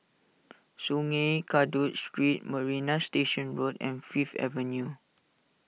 Sungei Kadut Street Marina Station Road and Fifth Avenue